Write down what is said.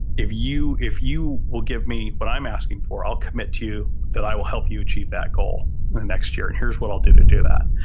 if you if you will give me what i'm asking for, i'll commit to you that i will help you achieve that goal the next year. and here's what i'll do to do that.